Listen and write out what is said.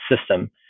system